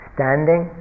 Standing